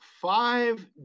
five